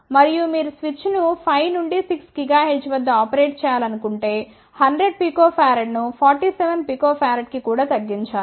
మరియు మీరు స్విచ్ను 5 నుండి 6 GHz వద్ద ఆపరేట్ చేయాలనుకుంటే 100 pF ను 47 pF కి కూడా తగ్గించాలి